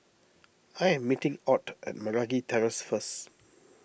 I am meeting Ott at Meragi Terrace first